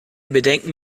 bedenken